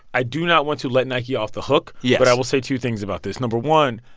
i do not want to let nike off the hook yes but i will say two things about this. number one,